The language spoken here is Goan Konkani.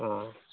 आं